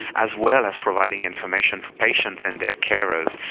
as well as providing information for patients and their carers.